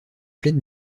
pleine